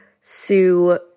sue